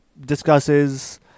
discusses